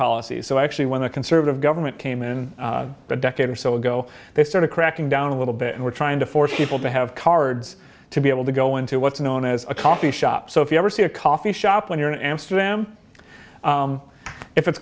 policies so actually when the conservative government came in a decade or so ago they started cracking down a little bit and were trying to force people to have cards to be able to go into what's known as a coffee shop so if you ever see a coffee shop when you're in amsterdam if it's